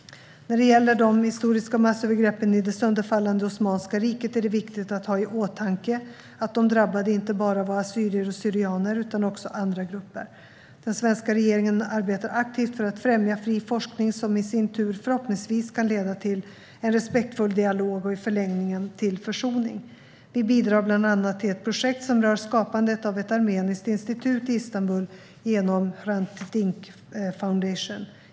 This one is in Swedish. När det gäller de historiska massövergreppen i det sönderfallande Osmanska riket är det viktigt att ha i åtanke att de drabbade inte bara var assyrier och syrianer utan också andra grupper. Den svenska regeringen arbetar aktivt för att främja fri forskning, som i sin tur förhoppningsvis kan leda till en respektfull dialog och i förlängningen till försoning. Vi bidrar bland annat till ett projekt som rör skapandet av ett armeniskt institut i Istanbul genom Hrant Dink Foundation.